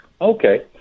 Okay